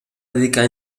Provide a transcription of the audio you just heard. dedicar